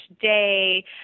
day